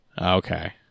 okay